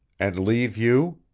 and leave you?